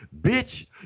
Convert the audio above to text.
bitch